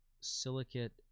silicate